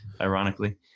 Ironically